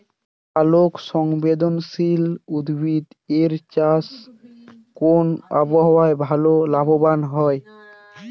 আলোক সংবেদশীল উদ্ভিদ এর চাষ কোন আবহাওয়াতে ভাল লাভবান হয়?